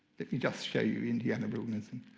let me just show you indiana rawlinson.